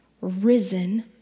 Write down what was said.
risen